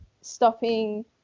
stopping